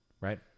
right